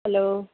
hello